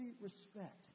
respect